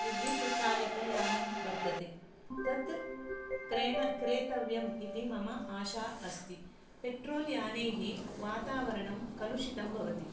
विद्युत् चालितयानं वर्तते तत् क्रयण क्रेतव्यम् इति मम आशा अस्ति पेट्रोल् यानैः वातावरणं कलुशितं भवति